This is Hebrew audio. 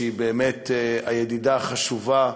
שהיא באמת הידידה החשובה,